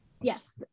Yes